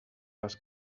les